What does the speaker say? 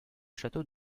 château